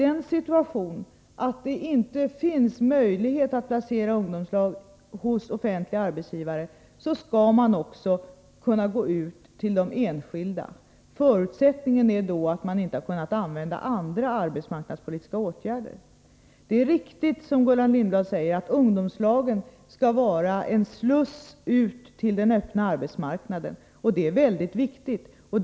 Om situationen är den, att det inte finns möjlighet att placera ungdomslag hos offentliga arbetsgivare skall man också kunna gå ut till enskilda arbetsgivare. Förutsättningen är då att man inte har kunnat använda andra arbetsmarknadspolitiska åtgärder. Det är riktigt som Gullan Lindblad säger, att ungdomslagen skall vara en sluss ut till den öppna arbetsmarknaden. Detta är mycket viktigt.